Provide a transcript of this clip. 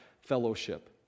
fellowship